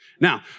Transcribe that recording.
Now